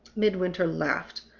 midwinter laughed.